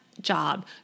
job